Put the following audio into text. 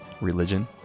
religion